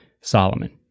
Solomon